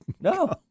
No